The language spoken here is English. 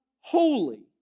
holy